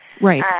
Right